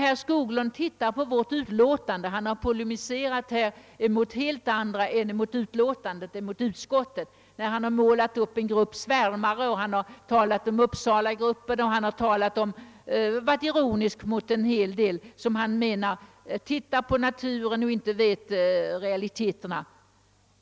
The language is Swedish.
Herr Skoglund har polemiserat mot helt andra yttranden än dem utskottets förslag innehåller. Han har talat om en grupp svärmare och om uppsalagruppen och varit ironisk mot många, som han menar bara ser på naturen och inte känner till realiteterna.